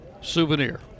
souvenir